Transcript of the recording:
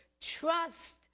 trust